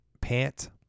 pant